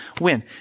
win